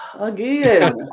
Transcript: again